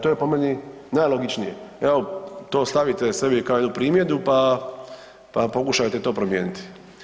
To je po meni najlogičnije, evo, to stavite sebi kao jednu primjedbu pa pokušajte to promijeniti.